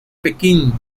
pekín